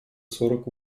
сорок